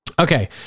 Okay